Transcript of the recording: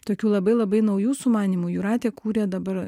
tokių labai labai naujų sumanymų jūratė kūrė dabar